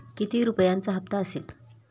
किती रुपयांचा हप्ता असेल?